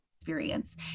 experience